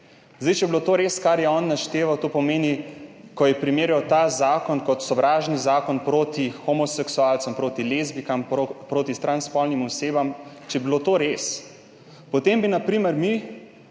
Če bi bilo to res, kar je on našteval, to pomeni, ko je primerjal ta zakon kot sovražni zakon proti homoseksualcem, proti lezbijkam, proti transspolnim osebam, če bi bilo to res, potem bi na primer mi